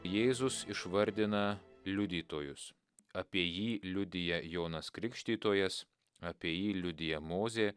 jėzus išvardina liudytojus apie jį liudija jonas krikštytojas apie jį liudija mozė